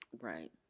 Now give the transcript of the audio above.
Right